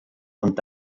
und